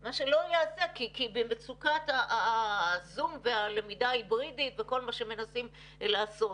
מה שלא ייעשה כי במצוקת הזום והלמידה ההיברידית וכל מה שמנסים לעשות,